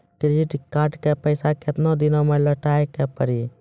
Credit card के पैसा केतना दिन मे लौटाए के पड़ी?